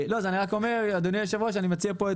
אני אומר אדוני היושב-ראש שאני מציע את